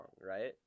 right